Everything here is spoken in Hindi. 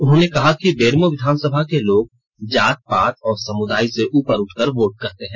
उन्होंने कहा कि बेरमो विधानसभा के लोग जात पात और समुदाय से ऊपर उठकर वोट करते हैं